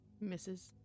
Misses